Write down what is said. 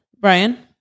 Brian